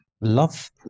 Love